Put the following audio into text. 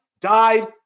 died